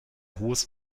hohes